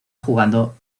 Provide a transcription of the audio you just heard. jugando